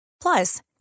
Plus